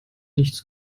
nichts